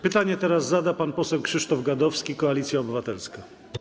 Pytanie teraz zada pan poseł Krzysztof Gadowski, Koalicja Obywatelska.